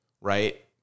right